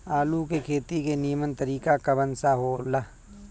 आलू के खेती के नीमन तरीका कवन सा हो ला?